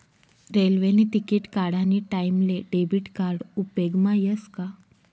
रेल्वेने तिकिट काढानी टाईमले डेबिट कार्ड उपेगमा यस का